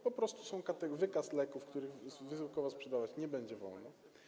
Po prostu jest wykaz leków, których wysyłkowo sprzedawać nie będzie wolno.